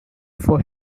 for